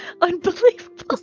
Unbelievable